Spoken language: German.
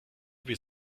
wir